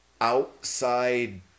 outside